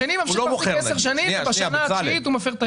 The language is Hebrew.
השני ממשיך להחזיק עשר שנים ובשנה התשיעית הוא מפר את ההסכם.